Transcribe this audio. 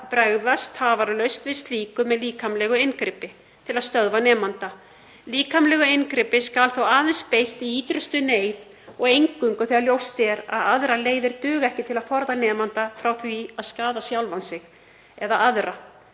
bregðast tafarlaust við slíku með líkamlegu inngripi til að stöðva nemanda. Líkamlegu inngripi skal aðeins beitt í ítrustu neyð og eingöngu þegar ljóst er að aðrar leiðir duga ekki til að forða nemanda frá því að skaða sig og/eða aðra.